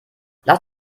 lass